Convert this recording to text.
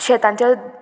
शेतांच्या